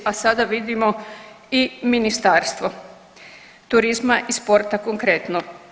sada vidimo i Ministarstvo turizma i sporta konkretno.